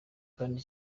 kandi